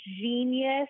genius